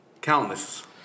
Countless